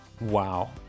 Wow